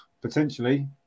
Potentially